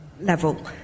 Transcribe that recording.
level